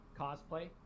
Cosplay